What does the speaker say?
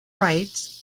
rights